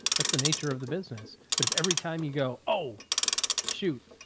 that's the nature of the business. but if every time you go, oh shoot.